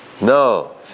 no